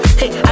hey